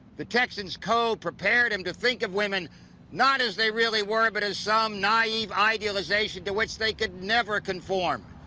the texan's code prepared him to think of women not as they really were, but as some naive idealisation to which they could never conform.